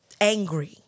angry